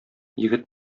егет